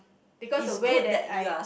because the way that I